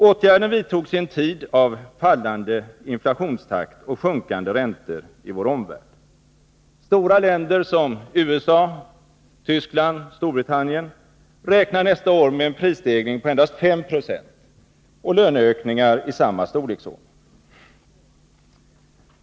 Åtgärden vidtogs i en tid av fallande inflationstakt och sjunkande räntor i vår omvärld. Stora länder som USA, Tyskland och Storbritannien räknar med en prisstegring nästa år på endast 5 20 och löneökningar i samma storleksordning.